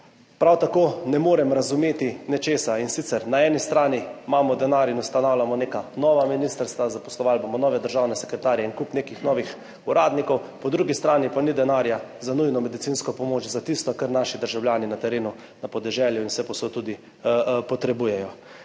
Prav tako ne morem razumeti nečesa, in sicer na eni strani imamo denar in ustanavljamo neka nova ministrstva, zaposlovali bomo nove državne sekretarje, en kup nekih novih uradnikov. Po drugi strani pa ni denarja za nujno medicinsko pomoč, za tisto, kar naši državljani na terenu, na podeželju in vsepovsod tudi potrebujejo.